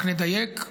רק נדייק: